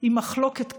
עם מחלוקת קשה,